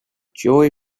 joy